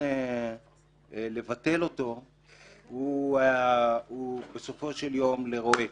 הניסיון לבטל אותו יהיה בסופו של יום לרועץ,